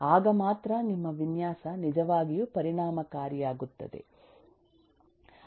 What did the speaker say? ಆಗ ಮಾತ್ರ ನಿಮ್ಮ ವಿನ್ಯಾಸ ನಿಜವಾಗಿಯೂ ಪರಿಣಾಮಕಾರಿಯಾಗುತ್ತದೆ